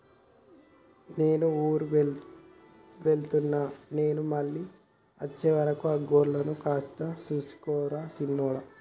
నాను ఊరు వెళ్తున్న నాను మళ్ళీ అచ్చే వరకు ఆ గొర్రెలను కాస్త సూసుకో రా సిన్నోడా